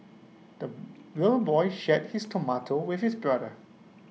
the little boy shared his tomato with his brother